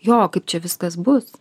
jo kaip čia viskas bus